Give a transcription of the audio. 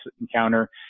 encounter